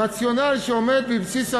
הרציונל שעומד בבסיס ההצעה,